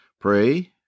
pray